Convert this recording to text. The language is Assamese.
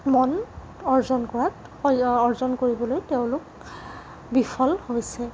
মন অৰ্জন কৰাত অৰ্জ অৰ্জন কৰিবলৈ তেওঁলোক বিফল হৈছে